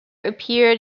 appeared